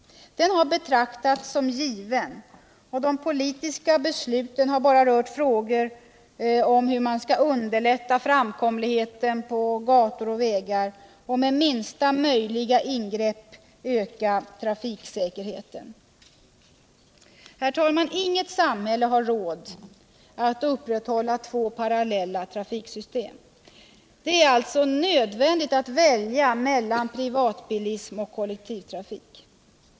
Den har betraktats som given, och de politiska besluten har enbart rört frågor om hur man skall underlätta framkomligheten på gator och vägar och med minsta möjliga ingrepp öka trafiksäkerheten. Herr talman! Inget samhälle har råd att upprätthålla två parallella trafiksystem. Det är alltså nödvändigt att välja mellan privatbilism och kollektivtrafik.